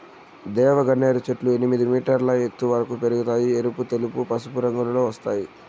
దేవగన్నేరు చెట్లు ఎనిమిది మీటర్ల ఎత్తు వరకు పెరగుతాయి, ఎరుపు, తెలుపు, పసుపు రంగులలో పూస్తాయి